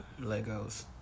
Legos